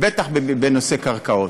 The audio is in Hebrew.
בטח בנושא קרקעות,